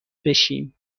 بشیم